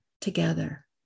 together